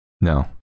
No